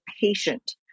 patient